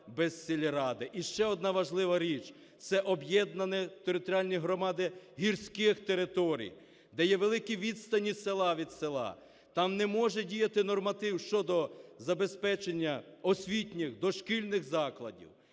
І ще одна важлива річ. Це об'єднані територіальні громади гірських територій, де є великі відстані села від села. Там не може діяти норматив щодо забезпечення освітніх, дошкільних закладів.